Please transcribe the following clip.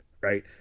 right